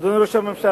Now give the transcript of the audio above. אדוני ראש הממשלה,